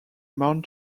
mount